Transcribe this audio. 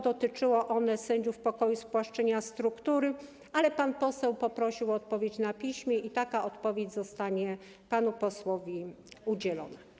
Dotyczyło sędziów pokoju i spłaszczenia struktury, ale pan poseł poprosił o odpowiedź na piśmie i taka odpowiedź zostanie panu posłowi udzielona.